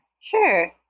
Sure